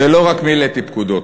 ולא רק מילאתי פקודות.